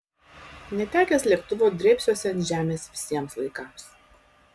netekęs lėktuvo drėbsiuosi ant žemės visiems laikams